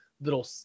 little